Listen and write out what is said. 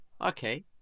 okay